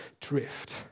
drift